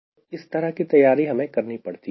तो इस तरह की तैयारी हमें करनी पड़ती है